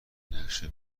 نقشه